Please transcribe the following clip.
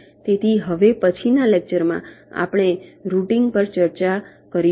તેથી હવે પછીના લેક્ચરમાં આપણે રૂટીંગ પર ચર્ચા શરૂ કરીશું